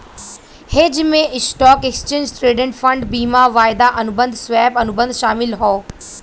hedge में stock, exchange traded fund, बीमा, वायदा अनुबंध, स्वैप, अनुबंध शामिल हौ